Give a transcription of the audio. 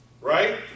right